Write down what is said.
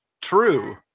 true